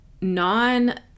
non